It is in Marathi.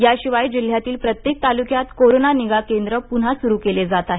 याशिवाय जिल्ह्यातील प्रत्येक तालुक्यात कोरोना निगा केंद्र पुन्हा सुरु केले जात आहे